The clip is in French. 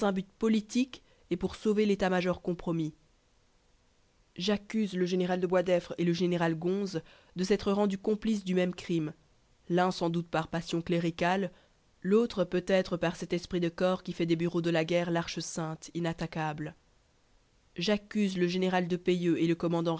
politique et pour sauver l'état-major compromis j'accuse le général de boisdeffre et le général gonse de s'être rendus complices du même crime l'un sans doute par passion cléricale l'autre peut-être par cet esprit de corps qui fait des bureaux de la guerre l'arche sainte inattaquable j'accuse le général de pellieux et le commandant